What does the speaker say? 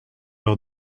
leur